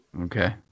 Okay